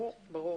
ברור, ברור.